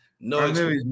No